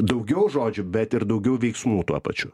daugiau žodžių bet ir daugiau veiksmų tuo pačiu